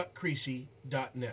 chuckcreasy.net